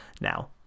Now